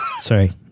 sorry